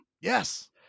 Yes